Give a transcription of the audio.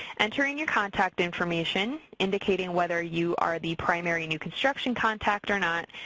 enter in your contact information, indicating whether you are the primary new construction contact or not,